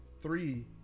three